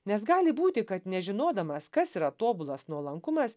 nes gali būti kad nežinodamas kas yra tobulas nuolankumas